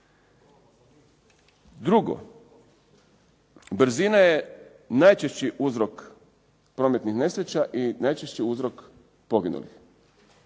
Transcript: Drugo. Brzina je najčešći uzrok prometnih nesreća i najčešći uzrok poginulih.